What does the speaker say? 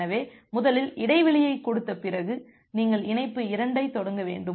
எனவே முதலில் இடைவெளியைக் கொடுத்த பிறகு நீங்கள் இணைப்பு 2 ஐ தொடங்க வேண்டும்